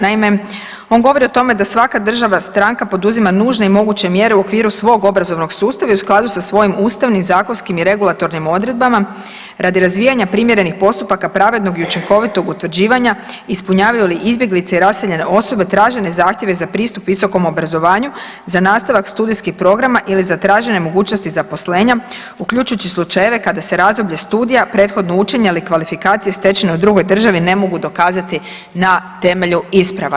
Naime, on govori o tome da svaka država stranka poduzima nužne i moguće mjere u okviru svog obrazovnog sustava i u skladu sa svojim ustavnim, zakonskim i regulatornim odredbama radi razvijanja primjerenih postupaka pravednog i učinkovitog utvrđivanja ispunjavaju li izbjeglice i raseljene osobe tražene zahtjeve za pristup visokom obrazovanju za nastavak studijskih programa ili za traženje mogućnosti zaposlenja uključujući slučajeve kada se razdoblje studija prethodno …/Govornik se ne razumime/… kvalifikacije stečene u drugoj državi ne mogu dokazati na temelju isprava.